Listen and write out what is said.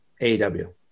AEW